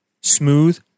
smooth